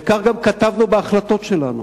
וכך גם כתבנו בהחלטות שלנו,